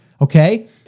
okay